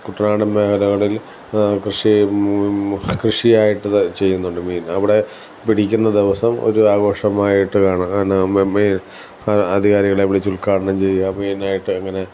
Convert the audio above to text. കുട്ടനാടൻ മേഖലകളിൽ കൃഷി കൃഷിയായിട്ട് ചെയ്യുന്നുണ്ട് മീൻ അവിടെ പിടിക്കുന്ന ദിവസം ഒരു ആഘോഷമായിട്ടാണ് കാണാനാണ് മെയിൻ അധികാരികളെ വിളിച്ചു ഉദ്ഘാടനം ചെയ്യുക മെയിനായിട്ട് അങ്ങനെ